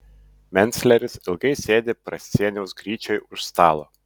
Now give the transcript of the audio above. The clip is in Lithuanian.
mencleris ilgai sėdi prascieniaus gryčioj už stalo